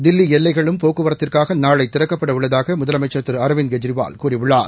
தில்லி எல்லைகளும் போக்குவரத்துக்காக நாளை திறக்கப்பட உள்ளதாக முதலமைச்சர் திரு அரவிந்த் கெஜ்ரிவால் கூறியுள்ளார்